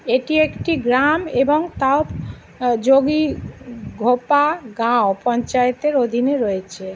এটি একটি গ্রাম এবং তাও যোগিঘোপা গাঁও পঞ্চায়েতের অধীনে রয়েছে